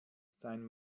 sein